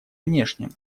внешним